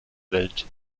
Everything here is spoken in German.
welt